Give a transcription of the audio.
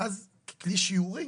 ואז זה כלי שיורי.